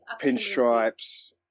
pinstripes